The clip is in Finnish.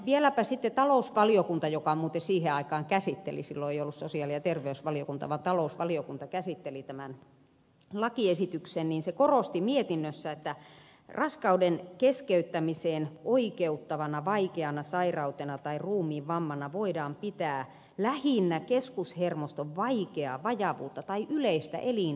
vieläpä sitten talousvaliokunta joka muuten siihen aikaan silloin ei ollut sosiaali ja terveysvaliokuntaa vaan talousvaliokunta käsitteli tämän lakiesityksen korosti mietinnössään että raskauden keskeyttämiseen oikeuttavana vaikeana sairautena tai ruumiinvammana voidaan pitää lähinnä keskushermoston vaikeaa vajavuutta tai yleistä elinkyvyttömyyttä